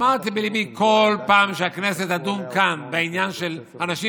אמרתי בליבי: כל פעם שהכנסת תדון כאן בעניין של אנשים